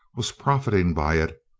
was profiting by it,